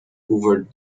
hoovered